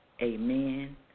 Amen